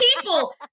people